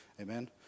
Amen